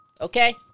Okay